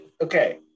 okay